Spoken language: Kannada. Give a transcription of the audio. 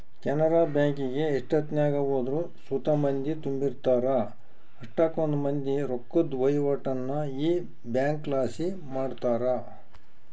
ಕೆನರಾ ಬ್ಯಾಂಕಿಗೆ ಎಷ್ಟೆತ್ನಾಗ ಹೋದ್ರು ಸುತ ಮಂದಿ ತುಂಬಿರ್ತಾರ, ಅಷ್ಟಕೊಂದ್ ಮಂದಿ ರೊಕ್ಕುದ್ ವಹಿವಾಟನ್ನ ಈ ಬ್ಯಂಕ್ಲಾಸಿ ಮಾಡ್ತಾರ